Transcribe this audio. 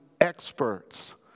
experts